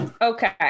okay